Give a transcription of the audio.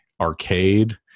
arcade